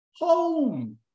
home